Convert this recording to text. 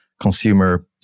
consumer